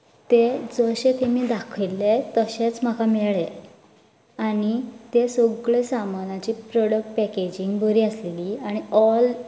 तें जशें तेमी दाखयल्ले तशेंच म्हाका मेळ्ळें आनी तें सगळें सामानाचे प्रॉडक्ट पेकेजिंग बरी आसलेली आनी ऑल